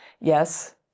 Yes